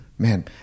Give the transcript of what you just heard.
man